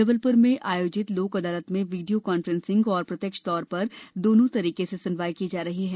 जबलप्र में आयोजित लोक अदालत में वीडियो कॉन्फ्रेंसिंग और प्रत्यक्ष तौर पर दोनों तरीके से स्नवाई की जा रही है